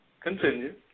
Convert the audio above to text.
Continue